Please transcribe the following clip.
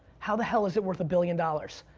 how the hell is it worth a billion dollars?